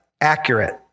accurate